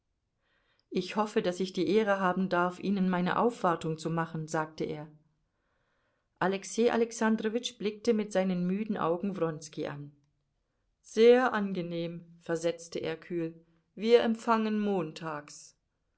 ich hoffe daß ich die ehre haben darf ihnen meine aufwartung zu machen sagte er alexei alexandrowitsch blickte mit seinen müden augen wronski an sehr angenehm versetzte er kühl wir empfangen montags